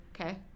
Okay